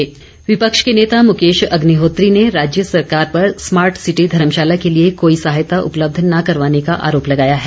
अग्निहोत्री विपक्ष के नेता मुकेश अग्निहोत्री ने राज्य सरकार पर स्मार्ट सिटी धर्मशाला के लिए कोई सहायता उपलब्ध न करवाने का आरोप लगाया है